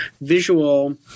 visual –